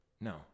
No